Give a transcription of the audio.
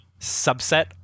subset